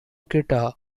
guitar